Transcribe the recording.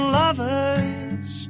lovers